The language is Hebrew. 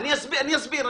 אני אסביר.